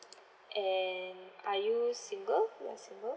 and are you single you are single